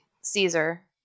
caesar